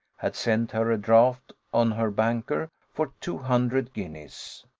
had sent her a draught on her banker for two hundred guineas.